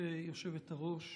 חברי האופוזיציה שדיברו מעל הבמה